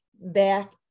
back